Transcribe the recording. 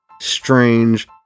strange